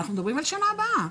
אנחנו מדברים על שנה הבאה.